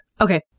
Okay